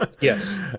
yes